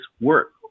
work